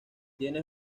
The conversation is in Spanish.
tiene